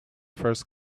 first